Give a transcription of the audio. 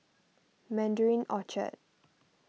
Mandarin Orchard